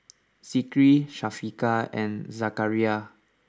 Zikri Syafiqah and Zakaria